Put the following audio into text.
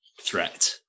threat